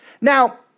Now